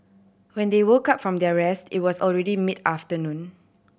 when they woke up from their rest it was already mid afternoon